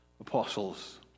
apostles